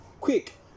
Quick